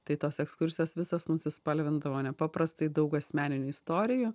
tai tos ekskursijos visos nuspalvindavo nepaprastai daug asmeninių istorijų